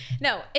no